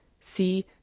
See